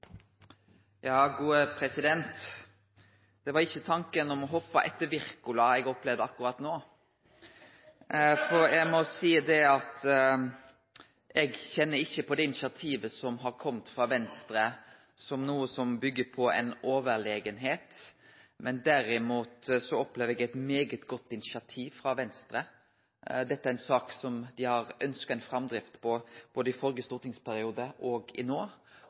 Det var ikkje tanken om å hoppe etter Wirkola eg opplevde akkurat no. Eg må seie at eg kjenner ikkje på det initiativet som har kome frå Venstre, som noko som byggjer på det å vere overlegen. Derimot opplever eg eit svært godt initiativ frå Venstre. Dette er ei sak som dei har ønskt ei framdrift på både i førre stortingsperiode og no,